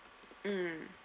mm